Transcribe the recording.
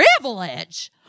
Privilege